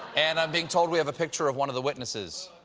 and i'm being told we have a picture of one of the witnesses.